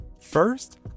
First